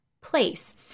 place